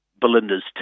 Belinda's